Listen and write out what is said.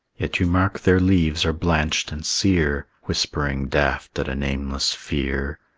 yet you mark their leaves are blanched and sear, whispering daft at a nameless fear.